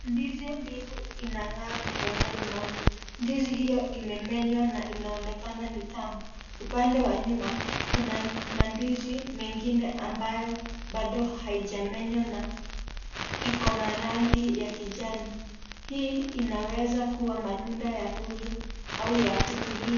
Ndizi mbivu inang'aa mikononi mwa mtu. Ndizi hiyo imemenywa na inaonekana ni tamu. Upande wa nyuma kuna mandizi mengine ambayo bado haijamenywa na ikona rangi ya kijani. Hii inaweza kuwa matunda ya kuuzwa au ya kukuliwa.